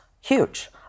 huge